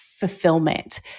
fulfillment